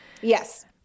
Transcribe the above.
Yes